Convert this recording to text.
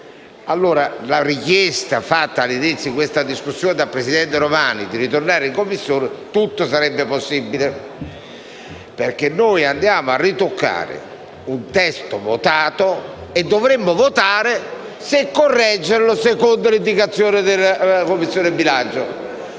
approvasse la richiesta, avanzata all'inizio di questa discussione dal presidente Romani, di ritornare in Commissione, tutto sarebbe possibile. Infatti, andiamo a ritoccare un testo votato e dovremmo votare se correggerlo secondo le indicazioni della Commissione bilancio.